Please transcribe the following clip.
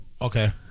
Okay